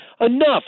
Enough